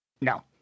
No